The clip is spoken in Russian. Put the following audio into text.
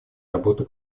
работу